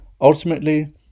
ultimately